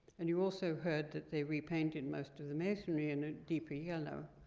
and you also heard that they repainted most of the masonry in a deeper yellow.